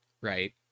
right